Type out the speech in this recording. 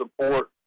support